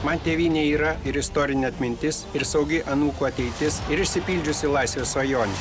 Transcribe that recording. man tėvynė yra ir istorinė atmintis ir saugi anūkų ateitis ir išsipildžiusi laisvė svajonė